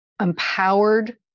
empowered